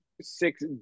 six